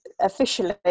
Officially